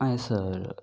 ah yes sir